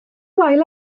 wael